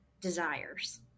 desires